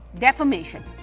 defamation